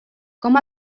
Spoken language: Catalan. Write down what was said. com